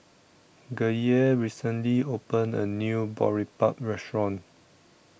Gaye recently opened A New Boribap Restaurant